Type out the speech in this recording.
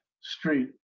street